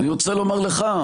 אני רוצה לומר לך,